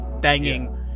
banging